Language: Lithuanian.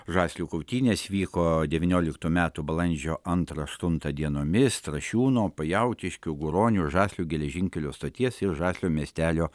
žaslių kautynės vyko devynioliktų metų balandžio antrą aštuntą dienomis trašiūno pajautiškių guronių žaslių geležinkelio stoties ir žaslių miestelio